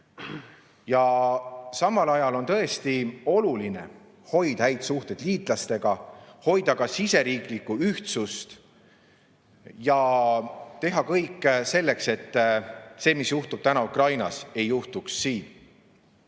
valmis. On tõesti oluline hoida häid suhteid liitlastega, hoida riigis ühtsust ja teha kõik selleks, et see, mis juhtub täna Ukrainas, ei juhtuks siin.